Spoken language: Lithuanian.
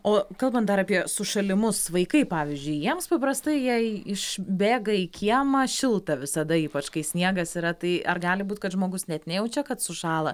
o kalbant dar apie sušalimus vaikai pavyzdžiui jiems paprastai jei išbėga į kiemą šilta visada ypač kai sniegas yra tai ar gali būt kad žmogus net nejaučia kad sušąla